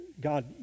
God